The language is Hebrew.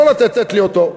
לא לתת לי אותו.